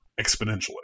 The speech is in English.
exponentially